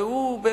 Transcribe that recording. והוא,